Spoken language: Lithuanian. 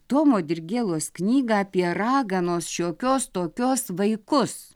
tomo dirgėlos knygą apie raganos šiokios tokios vaikus